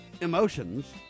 emotions